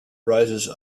rises